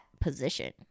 position